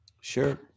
Sure